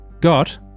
got